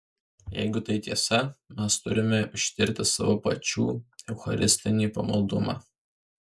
jeigu tai tiesa mes turime ištirti savo pačių eucharistinį pamaldumą